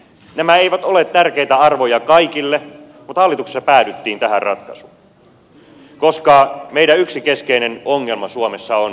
nämä eivät ole tärkeitä arvoja kaikille mutta hallituksessa päädyttiin tähän ratkaisuun koska meidän yksi keskeinen ongelma suomessa on työhön osallistumisen vähäisyys